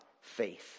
faith